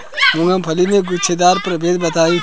मूँगफली के गूछेदार प्रभेद बताई?